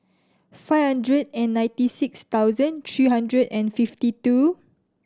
five hundred and ninety six thousand three hundred and fifty two